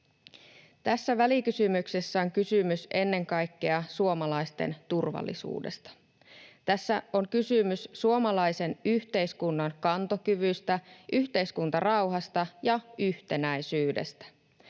Tässä välikysymyksessä on kysymys ennen kaikkea suomalaisten turvallisuudesta. Tässä on kysymys suomalaisen yhteiskunnan kantokyvystä, yhteiskuntarauhasta ja yhtenäisyydestä.